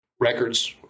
records